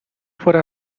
fuera